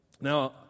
Now